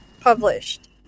published